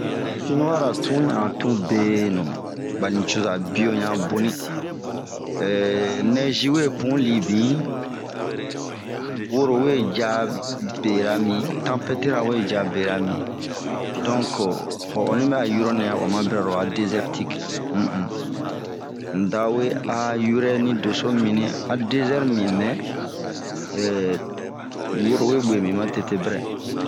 Sinuwa ra tun ɲa'a tun beenu, ba nicoza bio ɲa boni, ehh nɛzi we libin, worowe ya bera bin, tampɛti ra we ya bera bin. Donke ho ɔnni a yɔrɔnɛ, wama bara lo hoa desɛrtik unhun, mudawe a yurɛni dɛso a dezɛre mibin mɛɛ. Ehh wuro we buebin matete brɛ.